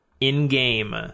in-game